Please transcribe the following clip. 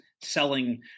selling